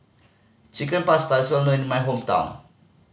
Chicken Pasta is well known in my hometown